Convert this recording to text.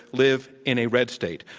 live in a red state.